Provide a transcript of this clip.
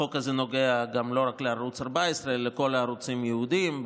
החוק הזה נוגע לא רק לערוץ 14 אלא לכל הערוצים הייעודיים,